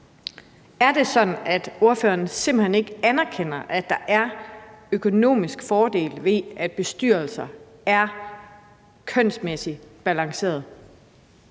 Er det sådan, at ordføreren simpelt hen ikke anerkender, at der er økonomisk fordel ved, at bestyrelser er kønsmæssigt balancerede?